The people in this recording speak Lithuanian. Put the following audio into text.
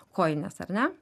kojinės ar ne